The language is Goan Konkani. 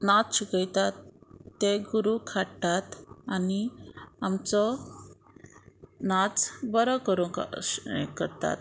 नाच शिकयतात ते गुरू हाडात आनी आमचो नाच बरो करूंक हें करतात